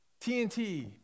TNT